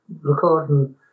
recording